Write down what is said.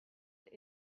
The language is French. côte